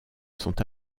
sont